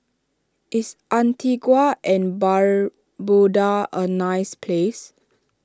is Antigua and Barbuda a nice place